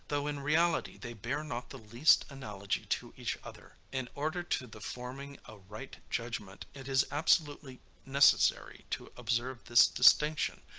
though in reality they bear not the least analogy to each other. in order to the forming a right judgment, it is absolutely necessary to observe this distinction,